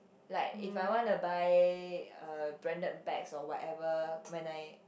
like if I want to buy uh branded bags or whatever when I